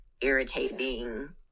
irritating